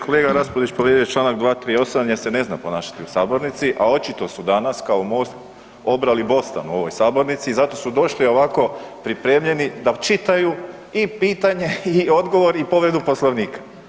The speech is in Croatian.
Kolega Raspudić povrijedio je Članak 238. jer se ne zna ponašati u sabornici, a očito su danas kao MOST obrali bostan u ovoj sabornici i zato su došli ovako pripremljeni da čitaju i pitanje i odgovor i povredu Poslovnika.